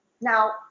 now